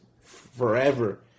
forever